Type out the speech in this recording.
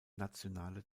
nationale